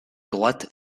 droite